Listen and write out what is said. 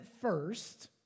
first